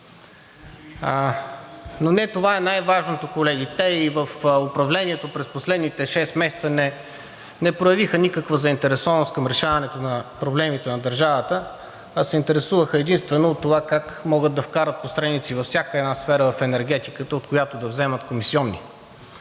Но не това е най-важното, колеги. Те и в управлението през последните шест месеца не проявиха никаква заинтересованост към решаването на проблемите на държавата, а се интересуваха единствено от това как могат да вкарат посредници във всяка една сфера в енергетиката, от която да вземат комисиони.